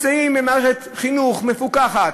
הם נמצאים במערכת חינוך מפוקחת,